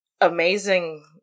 amazing